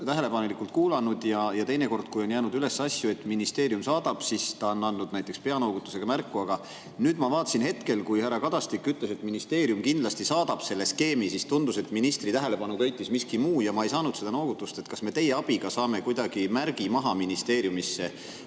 tähelepanelikult kuulanud ja teinekord, kui on jäänud üles [palveid], et ministeerium saadaks midagi, siis ta on andnud näiteks peanoogutusega märku. Aga nüüd mulle tundus, et hetkel, kui härra Kadastik ütles, et ministeerium kindlasti saadab selle skeemi, ministri tähelepanu köitis miski muu ja ma ei saanud seda noogutust. Kas me teie abiga saame kuidagi märgi maha ministeeriumis,